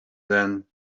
then